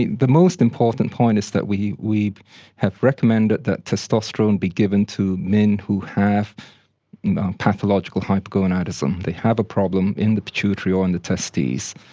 the the most important point is that we have recommended that testosterone be given to men who have pathological hypogonadism, they have a problem in the pituitary or in the testes.